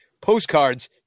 postcards